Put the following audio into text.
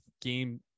game